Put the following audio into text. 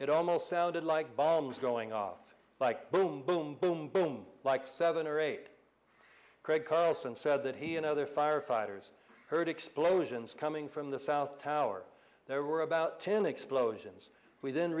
it almost sounded like bombs going off like boom boom boom boom like seven or eight craig carlsen said that he and other firefighters heard explosions coming from the south tower there were about ten explosions we